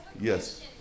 Yes